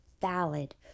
valid